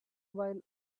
while